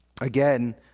Again